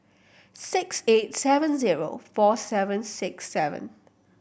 six eight seven zero four seven six seven